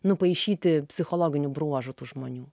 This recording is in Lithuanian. nupaišyti psichologinių bruožų tų žmonių